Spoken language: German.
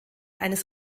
eines